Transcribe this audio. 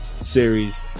series